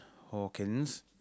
Hawkins